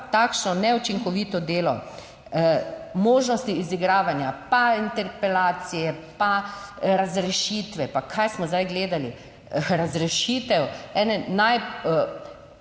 takšno neučinkovito delo, možnosti izigravanja, pa interpelacije, pa razrešitve, pa kaj smo zdaj gledali, razrešitev ene najbolj